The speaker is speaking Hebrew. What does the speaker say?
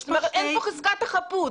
כלומר אין פה חזקת בירור,